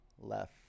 left